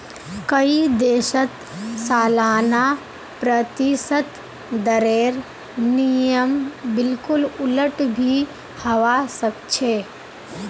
कई देशत सालाना प्रतिशत दरेर नियम बिल्कुल उलट भी हवा सक छे